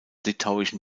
litauischen